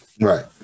Right